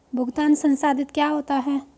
भुगतान संसाधित क्या होता है?